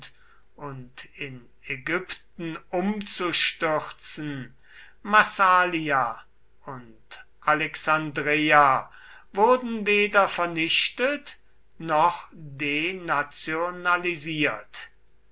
und in ägypten umzustürzen massalia und alexandreia wurden weder vernichtet noch